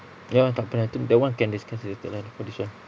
ya takpe lah tu that [one] can discuss later lah for this [one]